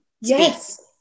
Yes